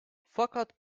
fakat